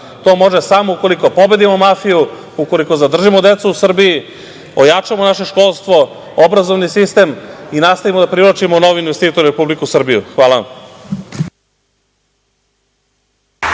To može samo ukoliko pobedimo mafiju, ukoliko zadržimo decu u Srbiji, ojačamo naše školstvo, obrazovani sistem i nastavimo da privlačimo nove investitore u Republiku Srbiju. Hvala.